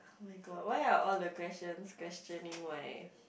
oh-my-god why are all the question questioning my